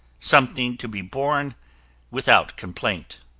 something to be borne without complaint.